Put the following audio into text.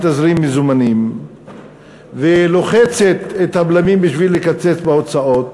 תזרים מזומנים ולוחצת את הבלמים בשביל לקצץ בהוצאות,